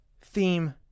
theme